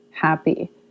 happy